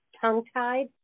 tongue-tied